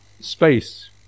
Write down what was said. space